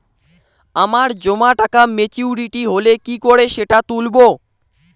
আমার জমা টাকা মেচুউরিটি হলে কি করে সেটা তুলব?